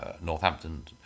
Northampton